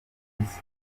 boys